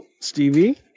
Stevie